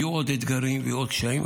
יהיו עוד אתגרים ויהיו עוד קשיים,